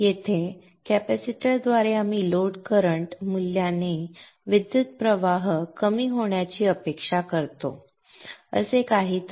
येथे कॅपेसिटरद्वारे आम्ही लोड करंट मूल्याने विद्युत प्रवाह कमी होण्याची अपेक्षा करतो असे काहीतरी